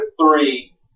three